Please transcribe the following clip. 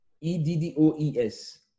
E-D-D-O-E-S